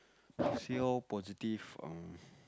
see how positive um